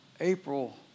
April